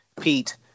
Pete